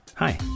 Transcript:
Hi